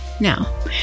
Now